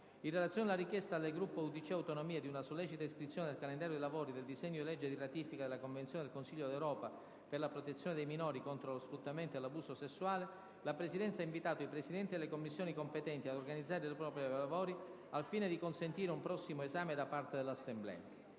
In relazione alla richiesta del Gruppo UdC-Autonomie di una sollecita iscrizione nel calendario dei lavori del disegno di legge di ratifica della Convenzione del Consiglio d'Europa per la protezione dei minori contro lo sfruttamento e l'abuso sessuale, la Presidenza ha invitato i Presidenti delle Commissioni competenti ad organizzare i propri lavori al fine di consentire un prossimo esame da parte dell'Assemblea.